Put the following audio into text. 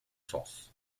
sens